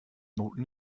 noten